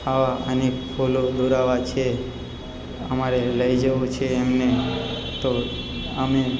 આવા અનેક ફૂલો દોરાવા છે અમારે લઈ જવું છે એમને તો અમે